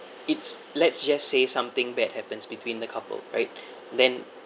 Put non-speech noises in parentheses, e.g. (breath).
it's let's just say something bad happens between the couple right (breath) then